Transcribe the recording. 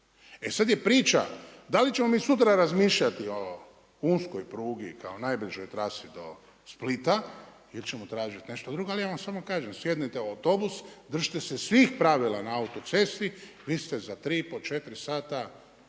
E sada je priča da li ćemo mi sutra razmišljati o uskoj prugi kao najbližoj trasi do Splita ili ćemo tražiti nešto drugo. Ali ja vam samo kažem sjednite u autobus, držite se svih pravila na autocesti, vi ste za 3,5, 4 sata